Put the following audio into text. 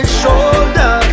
shoulder